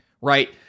right